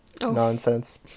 nonsense